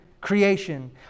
creation